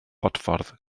bodffordd